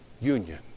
Union